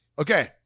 okay